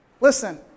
Listen